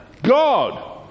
God